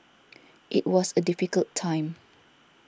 it was a difficult time